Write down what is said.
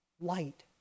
light